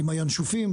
עם הינשופים,